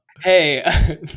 Hey